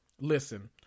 Listen